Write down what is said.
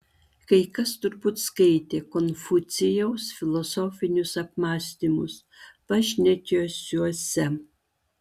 kai kas turbūt skaitė konfucijaus filosofinius apmąstymus pašnekesiuose